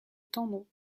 tendon